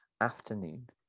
Afternoon